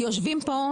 כי יושבים פה,